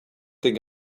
think